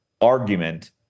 argument